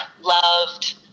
loved